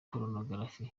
porunogarafi